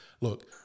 look